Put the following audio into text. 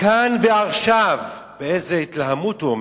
"כאן ועכשיו" באיזו התלהמות הוא מדבר,